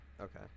Okay